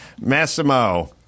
Massimo